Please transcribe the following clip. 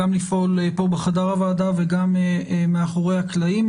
גם לפעול פה בחדר הוועדה וגם מאחורי הקלעים.